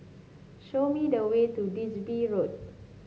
show me the way to Digby Road